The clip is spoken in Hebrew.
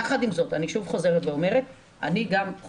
יחד עם זאת אני שוב חוזרת ואומרת שאני חושבת